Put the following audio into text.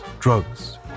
drugs